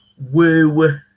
Woo